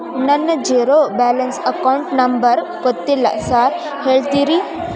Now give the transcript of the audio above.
ನನ್ನ zero balance account number ಗೊತ್ತಿಲ್ಲ sir ಹೇಳ್ತೇರಿ?